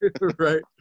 Right